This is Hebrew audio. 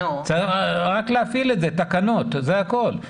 צריך רק להפעיל את זה, תקנות, זה הכל.